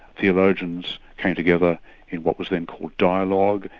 theologians came together in what was then called dialogue,